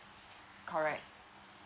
correct